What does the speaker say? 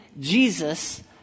Jesus